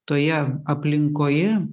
toje aplinkoje